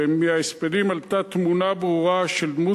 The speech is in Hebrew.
ומההספדים עלתה תמונה ברורה של דמות